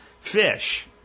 Fish